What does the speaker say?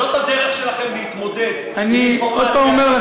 זאת הדרך שלכם להתמודד עם אינפורמציה.